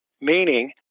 meaning